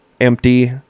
empty